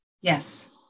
Yes